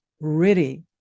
ready